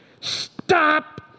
stop